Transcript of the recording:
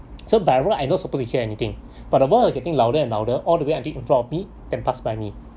so by right I not supposed to hear anything but the boys were getting louder and louder all the way I think it flew off me and pass by me